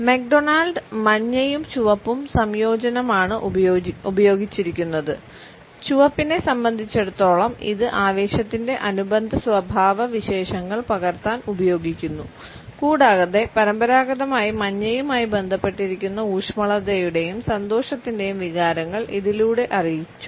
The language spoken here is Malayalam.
മക്ഡൊണാൾഡ് മഞ്ഞയും ചുവപ്പും സംയോജനമാണ് ഉപയോഗിച്ചിരിക്കുന്നത് ചുവപ്പിനെ സംബന്ധിച്ചിടത്തോളം ഇത് ആവേശത്തിന്റെ അനുബന്ധ സ്വഭാവവിശേഷങ്ങൾ പകർത്താൻ ഉപയോഗിക്കുന്നു കൂടാതെ പരമ്പരാഗതമായി മഞ്ഞയുമായി ബന്ധപ്പെട്ടിരിക്കുന്ന ഊഷ്മളതയുടെയും സന്തോഷത്തിന്റെയും വികാരങ്ങൾ ഇതിലൂടെ അറിയിച്ചു